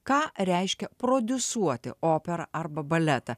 ką reiškia prodiusuoti operą arba baletą